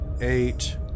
eight